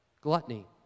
Gluttony